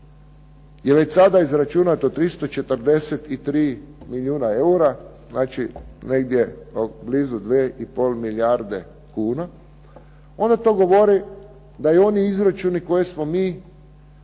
je već sada izračunato 343 milijuna eura, znači negdje blizu 2,5 milijarde kuna, onda to govori da i oni izračuni koje smo mi